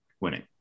winning